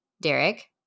Derek